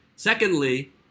Secondly